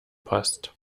passt